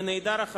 והחבר נעדר,